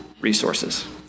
resources